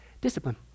discipline